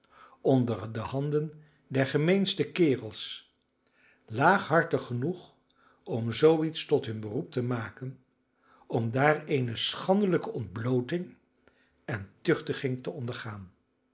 onder de handen der gemeenste kerels laaghartig genoeg om zoo iets tot hun beroep te maken om daar eene schandelijke ontblooting en tuchtiging te ondergaan